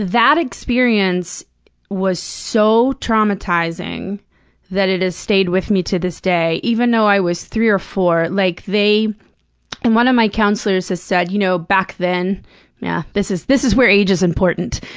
that experience was so traumatizing that it has stayed with me to this day, even though i was three or four. like, they and one of my counselors has said, you know back then yeah this is this is where age is important.